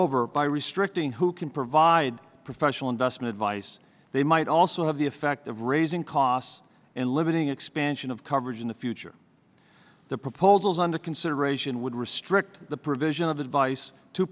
over by restricting who can provide professional investment advice they might also have the effect of raising costs and limiting expansion of coverage in the future the proposals under consideration would restrict the provision of advice t